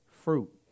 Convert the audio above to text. fruit